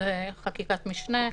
וזאת חקיקת משנה.